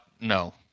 no